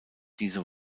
diese